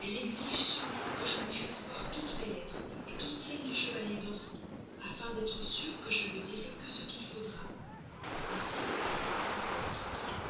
elle exige seulement que je lui fasse voir toutes mes lettres toutes celles du chevalier danceny afin d'être sûre que je ne dirai que ce qu'il faudra ainsi à présent me voilà tranquille